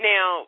Now